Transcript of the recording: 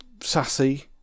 sassy